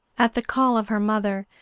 at the call of her mother,